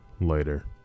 later